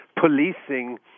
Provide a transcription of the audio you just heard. policing